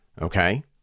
okay